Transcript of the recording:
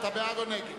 אתה בעד או נגד?